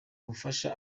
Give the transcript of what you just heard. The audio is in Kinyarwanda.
ubufasha